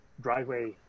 driveway